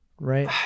right